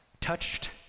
touched